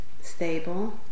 stable